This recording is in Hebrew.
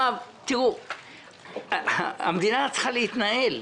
תראו, המדינה צריכה להתנהל.